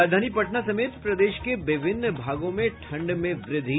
और राजधानी पटना समेत प्रदेश के विभिन्न भागों में ठंड में वृद्धि